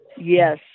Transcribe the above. Yes